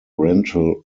rental